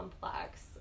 complex